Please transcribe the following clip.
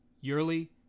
yearly